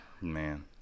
Man